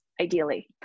ideally